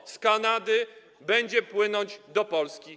GMO z Kanady będzie płynąć do Polski.